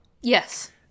Yes